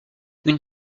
une